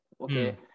Okay